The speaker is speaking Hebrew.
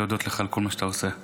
להודות לך על כל מה שאתה עושה.